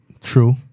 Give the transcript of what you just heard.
True